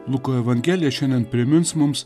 luko evangelija šiandien primins mums